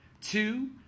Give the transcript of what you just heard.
two